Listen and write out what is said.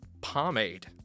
pomade